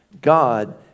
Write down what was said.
God